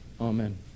Amen